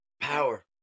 power